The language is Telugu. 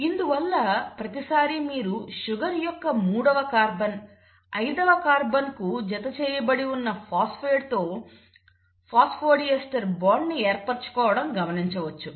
ఇందువల్ల ప్రతిసారి మీరు షుగర్ యొక్క మూడవ కార్బన్ అయిదవ కార్బన్ కు జతచేయబడి ఉన్న ఫాస్పేట్ తో ఫాస్ఫోడీస్టర్ బాండ్ ను ఏర్పరచుకోవడం గమనించవచ్చు